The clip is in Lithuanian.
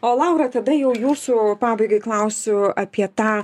o laura tada jau jūsų pabaigai klausiu apie tą